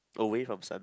away from sun